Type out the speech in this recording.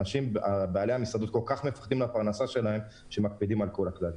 בעלי המסעדות מפחדים על הפרנסה שלהם והם מקפידים על כל הכללים.